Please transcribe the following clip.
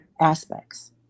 aspects